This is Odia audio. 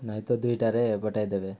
ନାଇଁ ତ ଦୁଇଟାରେ ପଠେଇଦବେ